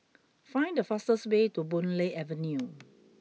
find the fastest way to Boon Lay Avenue